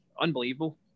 unbelievable